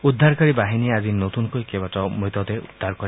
উদ্ধাৰকাৰী বাহিনীয়ে আজি নতুনকৈ কেইবাটাও মৃতদেহ উদ্ধাৰ কৰে